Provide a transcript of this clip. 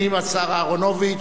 השר אהרונוביץ,